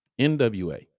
NWA